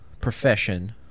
profession